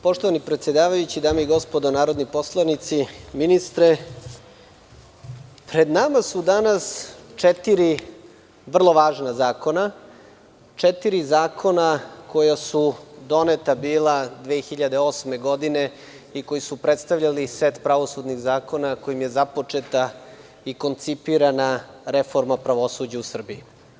Poštovani predsedavajući, dame i gospodo narodni poslanici, ministre, pred nama su danas četiri vrlo važna zakona, četiri zakona koja su bila doneta 2008. godine i koji su predstavljali set pravosudnih zakona kojim je započeta i koncipirana reforma pravosuđa u Srbiji.